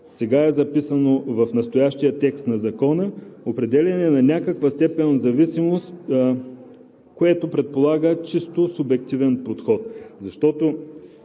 сега е записано в настоящия текст на Закона – определяне на някаква степен зависимост, което предполага чисто субективен подход.